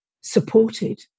supported